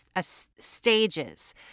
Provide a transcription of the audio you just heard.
stages